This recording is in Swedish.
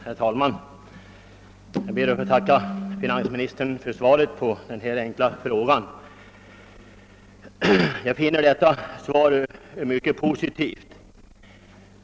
Herr talman! Jag ber att få tacka finansministern för svaret på min enkla fråga; jag finner det mycket positivt.